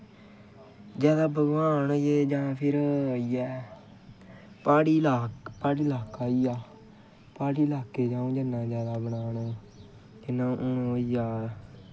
जैदा भगवान होइये जां प्हाड़ी लाह्का होई गेआ प्हाड़ी लाह्के च जन्ना अ'ऊं हून जि'यां होइया